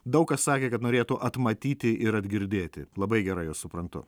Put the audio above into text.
daug kas sakė kad norėtų atmatyti ir atgirdėti labai gerai juos suprantu